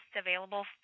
available